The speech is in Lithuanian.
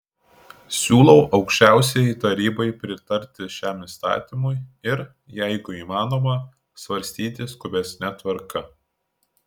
siūlau aukščiausiajai tarybai pritarti šiam įstatymui ir jeigu įmanoma svarstyti skubesne tvarka